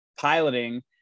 piloting